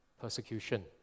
persecution